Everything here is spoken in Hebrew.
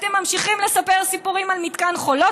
אתם ממשיכים לספר סיפורים על מתקן חולות,